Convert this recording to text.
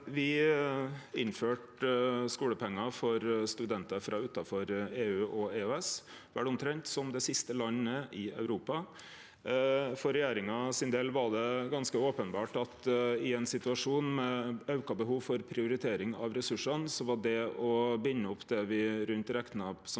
Me innførte skolepengar for studentar frå utanfor EU og EØS som omtrent det siste landet i Europa. For regjeringa sin del var det ganske openbert at i ein situasjon med auka behov for prioritering av resursane, var det å binde opp rundt rekna 1